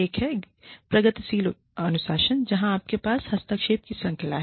एक है प्रगतिशील अनुशासन जहां आपके पास हस्तक्षेपों की एक श्रृंखला है